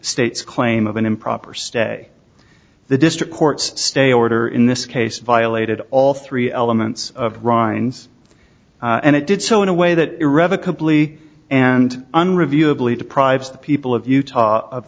state's claim of an improper stay the district court's stay order in this case violated all three elements of rinds and it did so in a way that irrevocably and unreviewable deprives the people of utah of